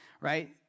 right